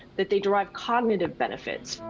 that they derive cognitive benefits.